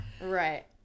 Right